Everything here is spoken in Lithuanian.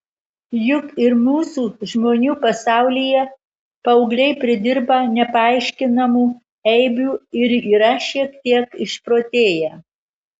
juk ir mūsų žmonių pasaulyje paaugliai pridirba nepaaiškinamų eibių ir yra šiek tiek išprotėję